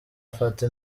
afata